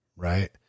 Right